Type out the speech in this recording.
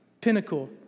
Pinnacle